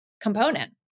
component